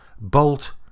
Bolt